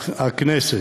הכנסת,